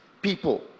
people